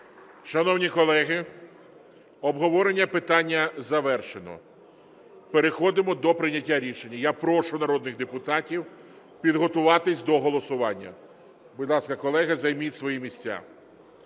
Шановні колеги, обговорення питання завершено. Переходимо до прийняття рішення. Я прошу народних депутатів підготуватись до голосування. Будь ласка, колеги, займіть свої місця.